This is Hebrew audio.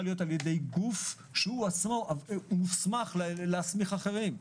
להיות על ידי גוף שמוסמך להסמיך אחרים.